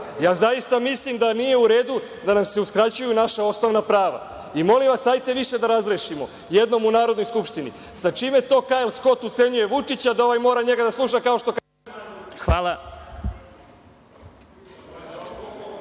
Ja zaista mislim da nije u redu da nam se uskraćuju naša osnovna prava. I, molim vas, hajde više da razrešimo jednom u Narodnoj skupštini, sa čime to Kajl Skot ucenjuje Vučića da ovaj mora njega da sluša, kao što kaže Maja